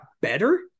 better